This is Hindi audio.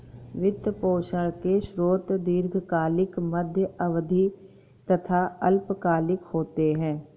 वित्त पोषण के स्रोत दीर्घकालिक, मध्य अवधी तथा अल्पकालिक होते हैं